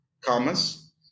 commas